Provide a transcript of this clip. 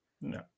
no